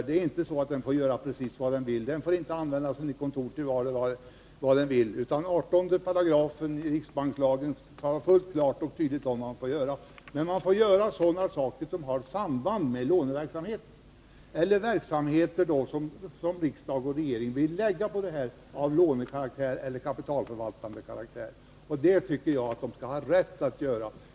Det är inte så att den får göra precis vad den vill och använda sina kontor hur som helst. 18 § riksbankslagen talar klart och tydligt om vad banken får göra. Den får göra sådana saker som har samband med låneverksamheten eller utöva verksamheter som riksdag och regering vill lägga på den av lånekaraktär eller kapitalförvaltande karaktär. Det tycker jag att riksbanken skall ha rätt att göra.